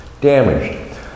damaged